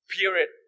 period